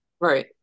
Right